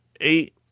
eight